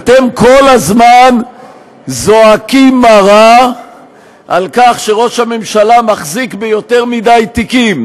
אתם כל הזמן זועקים מרה על כך שראש הממשלה מחזיק ביותר מדי תיקים.